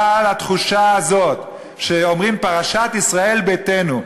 אבל התחושה הזאת שאומרים "פרשת ישראל ביתנו",